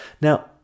Now